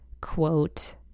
quote